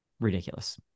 Ridiculous